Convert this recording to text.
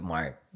Mark